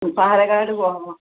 പാലക്കാട് പോവാം